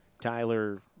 Tyler